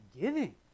giving